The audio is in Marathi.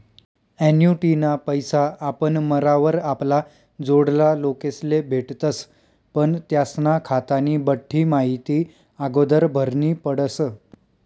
ॲन्युटीना पैसा आपण मरावर आपला जोडला लोकेस्ले भेटतस पण त्यास्ना खातानी बठ्ठी माहिती आगोदर भरनी पडस